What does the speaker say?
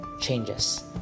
changes